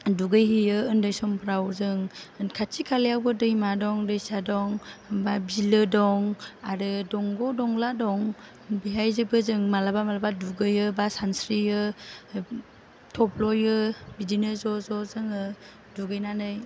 दुगैहैयो उन्दै समफ्राव जों खाथि खालायावबो दैमा दं दैसा दं होमबा बिलो दं आरो दंग दंला दं बेहाय जोबोद जों मालाबा मालाबा दुगैयो बा सानस्रियो थब्ल'यो बिदिनो ज' ज' जोङो दुगैनानै